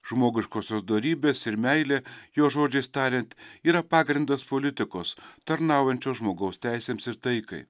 žmogiškosios dorybės ir meilė jo žodžiais tariant yra pagrindas politikos tarnaujančios žmogaus teisėms ir taikai